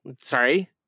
Sorry